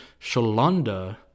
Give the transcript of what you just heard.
Sholanda